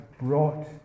brought